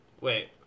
Wait